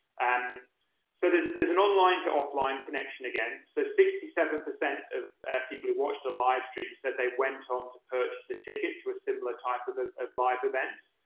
and so there's there's an online-to-offline connection again. so sixty seven percent of people who watched a livestream said they went on to purchase a ticket to a similar type of ah of live event.